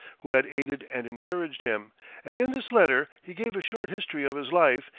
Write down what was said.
who had aided and encouraged him and in this letter he gave a short history of his life,